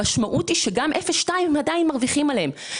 המשמעות היא שגם ב-0.2 עדיין מרוויחים עליהם.